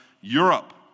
Europe